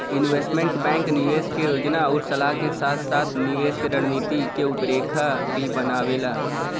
investment bank निवेश क योजना आउर सलाह के साथ साथ निवेश क रणनीति क रूपरेखा भी बनावेला